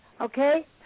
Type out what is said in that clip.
okay